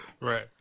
Right